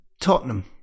Tottenham